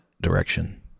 direction